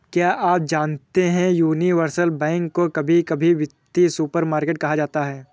क्या आप जानते है यूनिवर्सल बैंक को कभी कभी वित्तीय सुपरमार्केट कहा जाता है?